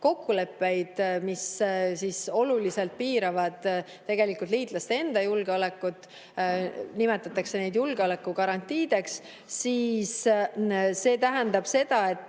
kokkuleppeid, mis oluliselt piiravad liitlaste enda julgeolekut, nimetatakse neid julgeolekugarantiideks. See tähendab seda, et